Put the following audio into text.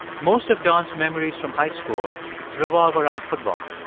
most of don's memories from high school revolve around football.